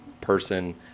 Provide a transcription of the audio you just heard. person